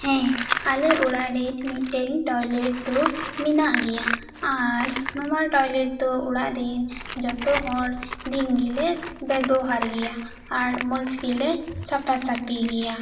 ᱦᱮᱸ ᱟᱞᱮ ᱚᱲᱟᱜ ᱨᱮ ᱢᱤᱫᱴᱮᱱ ᱴᱚᱭᱞᱮᱴ ᱫᱚ ᱢᱮᱱᱟᱜ ᱜᱮᱭᱟ ᱟᱨ ᱱᱚᱶᱟ ᱴᱚᱭᱞᱮᱴ ᱫᱚ ᱚᱲᱟᱜ ᱨᱮᱱ ᱡᱚᱛᱚ ᱦᱚᱲ ᱫᱤᱱ ᱜᱮᱞᱮ ᱵᱮᱵᱚᱦᱟᱨ ᱜᱮᱭᱟ ᱟᱨ ᱢᱚᱸᱡᱽ ᱜᱮᱞᱮ ᱥᱟᱯᱟ ᱥᱟᱹᱯᱤ ᱜᱮᱭᱟ